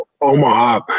Omaha